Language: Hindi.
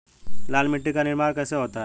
लाल मिट्टी का निर्माण कैसे होता है?